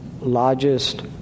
largest